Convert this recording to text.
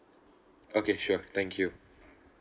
okay sure thank you